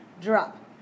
Drop